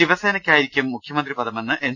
ശിവസേനക്കായിരിക്കും മുഖ്യമന്ത്രിപദമെന്ന് എൻ